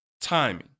timing